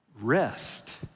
rest